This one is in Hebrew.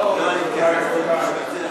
רבותי.